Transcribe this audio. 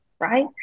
right